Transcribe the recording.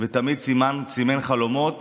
ותמיד סימן חלומות